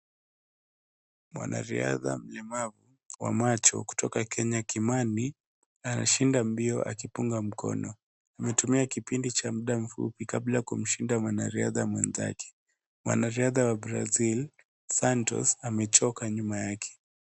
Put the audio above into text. Mwanariadha mlemavu wa macho kutoka Kenya, kimani anashinda mbio akifunga mkono ametumia kipindi cha muda mfupi kabla kumshinda mwanariadha mwenzake. Mwanariadha wa Brazil Santos amechoka nyuma yake.